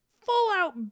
full-out